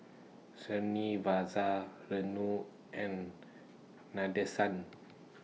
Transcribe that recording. Srinivasa Renu and Nadesan